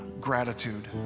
gratitude